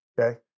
Okay